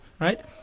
Right